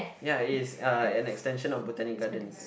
ya it is uh an extension of Botanic-Gardens